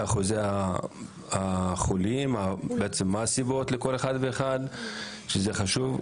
אחוזי החולים ומה הסיבות לכל אחד ואחד וזה חשוב.